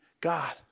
God